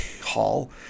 Hall